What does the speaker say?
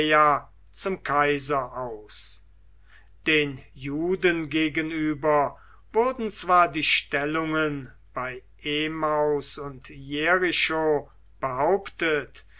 zum kaiser aus den juden gegenüber wurden zwar die stellungen bei emmaus und jericho behauptet